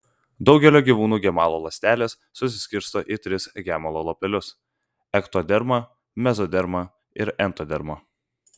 daugelio gyvūnų gemalo ląstelės susiskirsto į tris gemalo lapelius ektodermą mezodermą ir entodermą